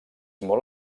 molt